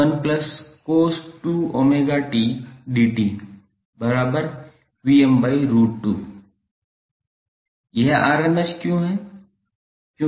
यह rms क्यों है